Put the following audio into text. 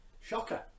Shocker